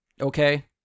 Okay